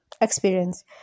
experience